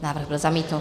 Návrh byl zamítnut.